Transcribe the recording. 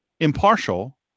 impartial